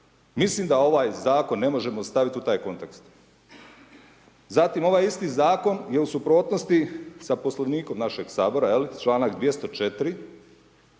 Mislim da ovaj zakon ne možemo staviti u taj kontekst. Zatim ovaj isti zakon je u suprotnosti sa poslovnikom našeg Sabora, čl. 204.